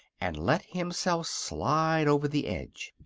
and let himself slide over the edge.